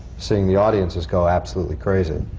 seeing the audiences go absolutely crazy,